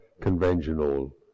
conventional